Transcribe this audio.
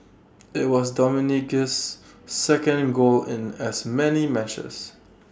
IT was Dominguez's second goal in as many matches